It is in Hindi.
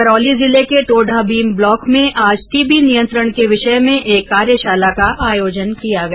करौली जिले के टोडाभीम ब्लॉक में आज टीबी नियंत्रण के विषय में एक कार्यशाला का आयोजन किया गया